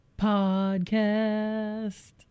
podcast